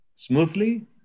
smoothly